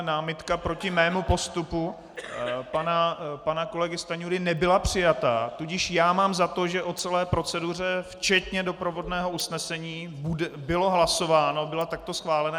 Ale námitka proti mému postupu pana kolegy Stanjury nebyla přijata, tudíž já mám za to, že o celé proceduře včetně doprovodného usnesení bylo hlasováno, byla takto schválena.